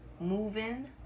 moving